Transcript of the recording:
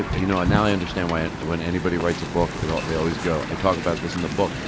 ah but you know now i understand why when anybody writes a book, and they always go, i talk about this in the book.